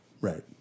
Right